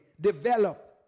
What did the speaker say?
develop